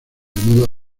moda